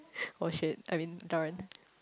oh shit I mean darn